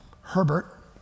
Herbert